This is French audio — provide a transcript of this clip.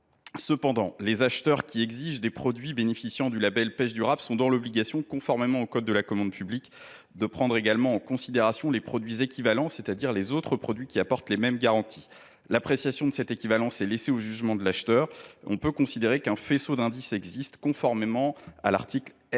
autant, les acheteurs qui exigent des produits bénéficiant du label « pêche durable » sont dans l’obligation, conformément au code de la commande publique, de prendre également en considération les produits équivalents, c’est à dire les autres produits apportant les mêmes garanties. L’appréciation de cette équivalence est laissée au jugement de l’acheteur, lequel peut considérer qu’un faisceau d’indices existe, conformément à l’article R.